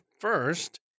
first